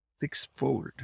sixfold